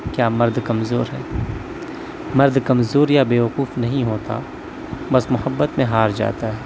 کیا مرد کمزور ہے مرد کمزور یا بیوقوف نہیں ہوتا بس محبت میں ہار جاتا ہے